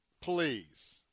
Please